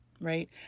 right